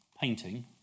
painting